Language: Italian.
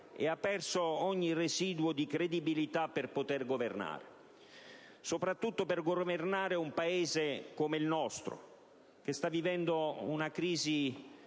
e ha perso ogni residuo di credibilità per poter governare: soprattutto, per governare un Paese come il nostro, che sta vivendo una crisi